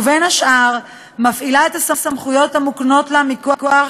ובין השאר מפעילה את הסמכויות המוקנות לה מכוח